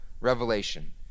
revelation